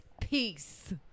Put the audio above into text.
Peace